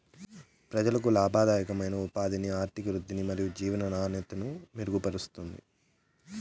ప్రజలకు లాభదాయకమైన ఉపాధిని, ఆర్థికాభివృద్ధిని మరియు జీవన నాణ్యతను మెరుగుపరుస్తుంది